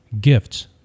gifts